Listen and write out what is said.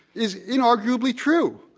is inarguably true.